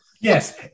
Yes